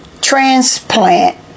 transplant